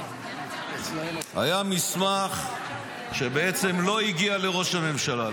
היה מסמך שבעצם לא הגיע לראש הממשלה,